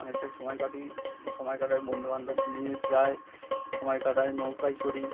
অনেকটা কাটি সময় কাটাই বন্ধুবান্ধব নিয়ে যাই সময় কাটাই নৌকায় চড়ি